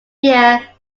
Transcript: year